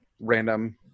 random